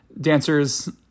dancers